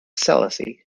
selassie